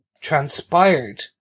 transpired